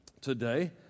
today